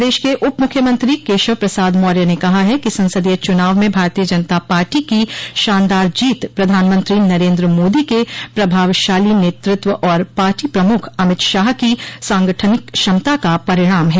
प्रदेश के उप मुख्यमंत्री केशव प्रसाद मौर्य ने कहा है कि संसदीय चुनाव में भारतीय जनता पार्टी की शानदार जीत प्रधानमंत्री नरेन्द्र मोदी के प्रभावशाली नेतृत्व और पार्टी प्रमुख अमित शाह की सांगठनिक क्षमता का परिणाम है